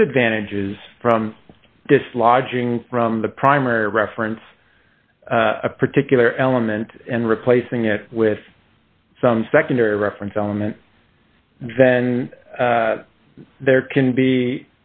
disadvantages from dislodging from the primary reference a particular element and replacing it with some secondary reference element then there can be